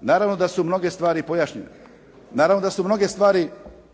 naravno da su mnoge stvari pojašnjene, naravno da su mnoge stvari